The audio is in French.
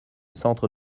centres